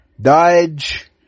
Dodge